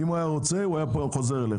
אם הוא היה רוצה, הוא היה חוזר אליך.